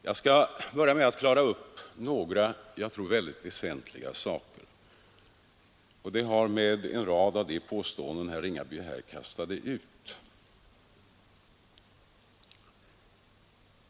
Jag skall börja med att klara upp några väsentliga saker. De har med en rad av de påståenden herr Ringaby kastade ut att göra.